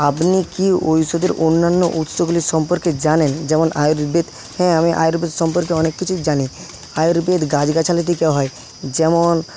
আপনি কি ঔষধের অন্যান্য উৎসগুলি সম্পর্কে জানেন যেমন আয়ুর্বেদ হ্যাঁ আমি আয়ুর্বেদ সম্পর্কে অনেক কিছু জানি আয়ুর্বেদ গাছগাছালি থেকে হয় যেমন